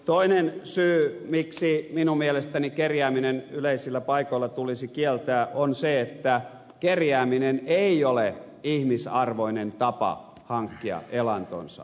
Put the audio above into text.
toinen syy miksi minun mielestäni kerjääminen yleisillä paikoilla tulisi kieltää on se että kerjääminen ei ole ihmisarvoinen tapa hankkia elantonsa